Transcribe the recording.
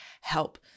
help